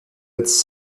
its